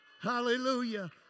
Hallelujah